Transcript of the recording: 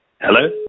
Hello